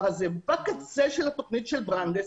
בקצה של התוכנית של ברנדס,